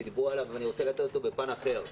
דיברו עליו ואני רוצה להתייחס אליו בפן אחר.